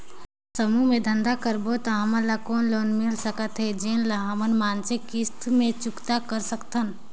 समूह मे धंधा करबो त हमन ल कौन लोन मिल सकत हे, जेन ल हमन मासिक किस्त मे चुकता कर सकथन?